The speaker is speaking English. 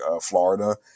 Florida